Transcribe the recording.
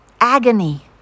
agony